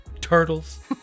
turtles